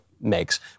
makes